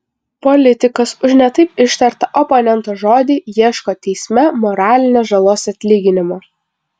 politikas už ne taip ištartą oponento žodį ieško teisme moralinės žalos atlyginimo